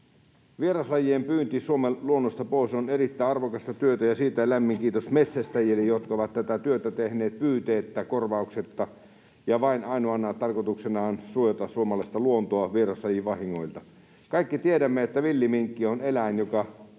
Vieraslajien pyynti Suomen luonnosta pois on erittäin arvokasta työtä, ja siitä lämmin kiitos metsästäjille, jotka ovat tätä työtä tehneet pyyteettä, korvauksetta ja vain ainoana tarkoituksenaan suojata suomalaista luontoa vieraslajivahingoilta. Kaikki tiedämme, että villiminkki on eläin, joka